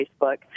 Facebook